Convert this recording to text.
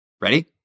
Ready